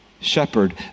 shepherd